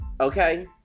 Okay